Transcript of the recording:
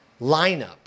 lineup